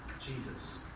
Jesus